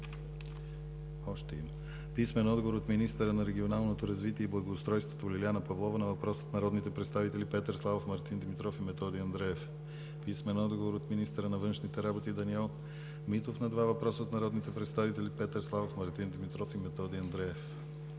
писмен отговор от министъра на регионалното развитие и благоустройството Лиляна Павлова на въпрос от народните представители Петър Славов, Мартин Димитров и Методи Андреев; - писмен отговор от министъра на външните работи Даниел Митов на въпрос от народните представители Петър Славов, Мартин Димитров и Методи Андреев;